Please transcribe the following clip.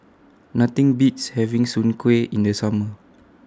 Nothing Beats having Soon Kueh in The Summer